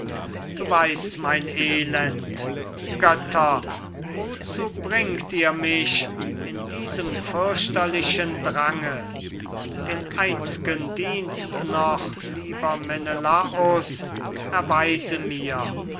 du weißt mein elend götter wozu bringt ihr mich in diesem fürchterlichen drange den einz'gen dienst noch lieber menelaus erweise mir